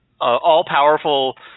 all-powerful